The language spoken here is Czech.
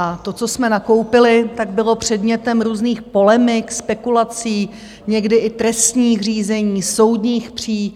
a to, co jsme nakoupili, bylo předmětem různých polemik, spekulací, někdy i trestních řízení, soudních pří.